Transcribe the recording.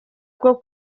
bwo